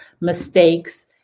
mistakes